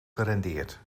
gerendeerd